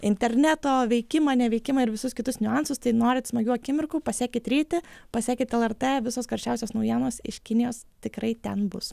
interneto veikimą neveikimą ir visus kitus niuansus tai norit smagių akimirkų pasekit rytį pasekit lrt visos karščiausios naujienos iš kinijos tikrai ten bus